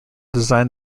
designed